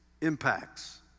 impacts